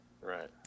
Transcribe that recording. Right